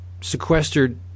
sequestered